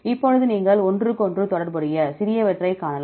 இப்பொழுது நீங்கள் ஒன்றுக்கொன்று தொடர்புடைய சிறியவற்றைக் காணலாம்